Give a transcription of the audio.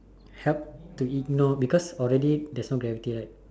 help to ignore because already there's no gravity right